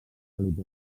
aliments